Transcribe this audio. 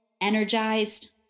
energized